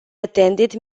attended